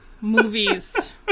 movies